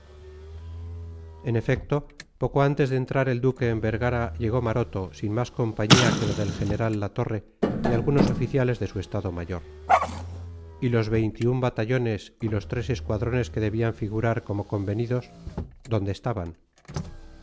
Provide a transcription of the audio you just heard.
en efecto poco antes de entrar el duque en vergara llegó maroto sin más compañía que la del general la torre y algunos oficiales de su estado mayor y los batallones y los tres escuadrones que debían figurar como convenidos dónde estaban